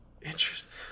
Interesting